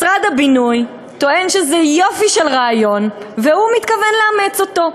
משרד הבינוי טוען שזה יופי של רעיון והוא מתכוון לאמץ אותו.